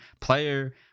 player